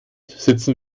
sitzen